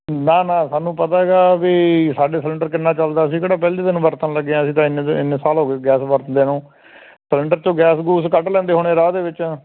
ਨਾ ਨਾ ਸਾਨੂੰ ਪਤਾ ਹੈਗਾ ਵੀ ਸਾਡੇ ਸਿਲੰਡਰ ਕਿੰਨਾ ਚੱਲਦਾ ਅਸੀਂ ਕਿਹੜਾ ਪਹਿਲੇ ਦਿਨ ਵਰਤਣ ਲੱਗੇ ਆਂ ਅਸੀ ਤਾਂ ਇੰਨੇ ਸਾਲ ਹੋ ਗਏ ਗੈਸ ਵਰਤਦੇ ਨੂੰ ਸਿਲੰਡਰ 'ਚ ਗੈਸ ਗੂਸ ਕੱਢ ਲੈਂਦੇ ਹੋਣੇ ਰਾਹ ਦੇ ਵਿੱਚ